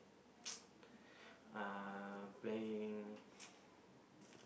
uh playing